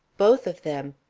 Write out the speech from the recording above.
both of them!